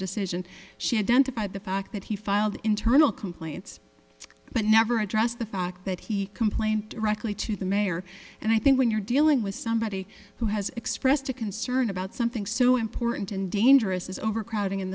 decision she had dented by the fact that he filed internal complaints but never addressed the fact that he complained to the mayor and i think when you're dealing with somebody who has expressed a concern about something so important and dangerous is overcrowding in